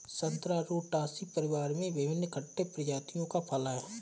संतरा रुटासी परिवार में विभिन्न खट्टे प्रजातियों का फल है